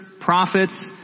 prophets